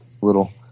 little